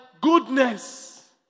goodness